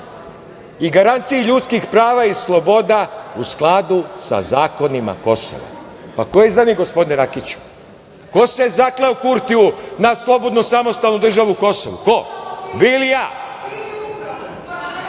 i garanciji ljudskih prava i sloboda u skladu sa zakonima Kosova. Ko je izdajnik, gospodine Rakiću? Ko se zakleo Kurtiju na slobodnu, samostalnu državu Kosovo? Ko? Vi ili